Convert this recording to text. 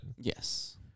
Yes